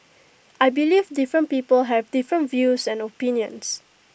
I believe different people have different views and opinions